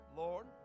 Lord